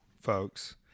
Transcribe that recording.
folks